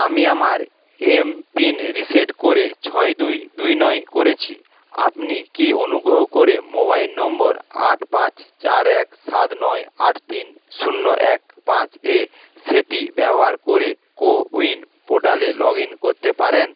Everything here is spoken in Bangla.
আমি আমার এমপিন রিসেট করে ছয় দুই দুই নয় করেছি আপনি কি অনুগ্রহ করে মোবাইল নম্বর আট পাঁচ চার এক সাত নয় আট তিন শূন্য এক পাঁচ এ সেটি ব্যবহার করে কোউইন পোর্টালে লগ ইন করতে পারেন